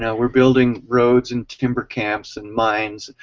yeah we're building roads, and timber camps, and mines,